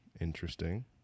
Interesting